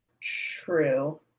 True